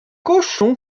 cochon